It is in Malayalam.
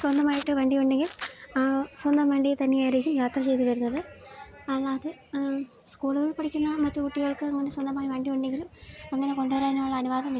സ്വന്തമായിട്ട് വണ്ടി ഉണ്ടെങ്കിൽ സ്വന്തം വണ്ടിയെ തന്നെയായിരിക്കും യാത്ര ചെയ്തു വരുന്നത് അല്ലാതെ സ്കൂളുകളിൽ പഠിക്കുന്ന മറ്റു കുട്ടികൾക്ക് അങ്ങനെ സ്വന്തമായി വണ്ടി ഉണ്ടെങ്കിലും അങ്ങനെ കൊണ്ടുവരാനുള്ള അനുവാദമില്ല